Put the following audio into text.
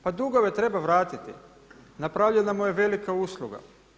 Pa dugove treba vratiti, napravljena mu je velika usluga.